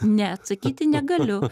ne atsakyti negaliu